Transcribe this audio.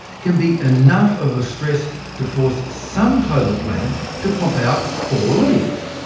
can be enough of a stress to force some clover plants to pop out four leaves.